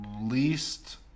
least